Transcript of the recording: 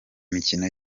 mikino